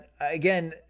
Again